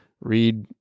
read